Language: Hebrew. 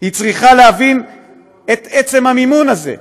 היא צריכה להבין את עצם המימון הזה,